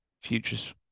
future's